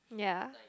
ya